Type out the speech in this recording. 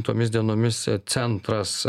tomis dienomis centras